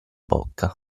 bocca